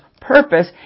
purpose